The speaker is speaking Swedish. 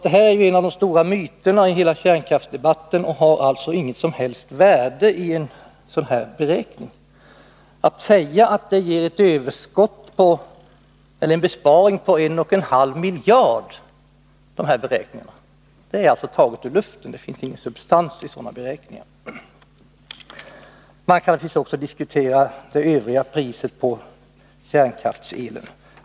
Det här är en av de stora myterna i kärnkraftsdebatten och har alltså inget som helst värde när det gäller sådana här beräkningar. Talet om att det skulle bli en besparing på 1,5 miljarder kronor är alltså taget ur luften. Det finns ingen substans i de beräkningarna. Man kan naturligtvis också diskutera priset i övrigt när det gäller kärnkrafts-elen.